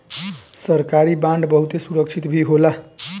सरकारी बांड बहुते सुरक्षित भी होला